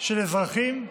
של אזרחים,